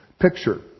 picture